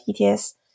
ETS